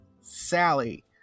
Sally